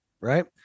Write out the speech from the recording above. right